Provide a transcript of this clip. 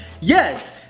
Yes